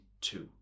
two